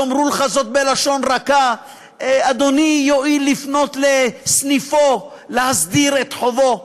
יאמרו לך זאת בלשון רכה: אדוני יואיל לפנות לסניפו להסדיר את חובו.